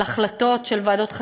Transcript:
על החלטות של ועדות חקירה,